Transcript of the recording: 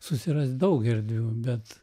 susirast daug erdvių bet